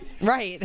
Right